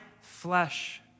flesh